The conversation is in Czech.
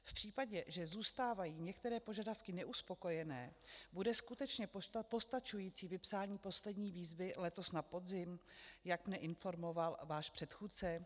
V případě, že zůstávají některé požadavky neuspokojené, bude skutečně postačující vypsání poslední výzvy letos na podzim, jak mě informoval váš předchůdce?